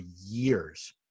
years